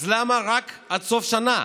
אז למה רק עד סוף השנה?